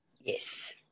Yes